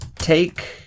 Take